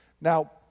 Now